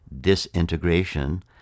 disintegration